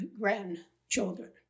grandchildren